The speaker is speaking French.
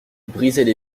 brisaient